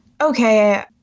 okay